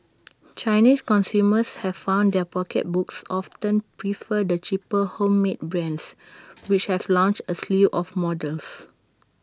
Chinese consumers have found their pocketbooks often prefer the cheaper homemade brands which have launched A slew of models